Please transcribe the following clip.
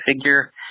figure